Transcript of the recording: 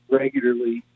regularly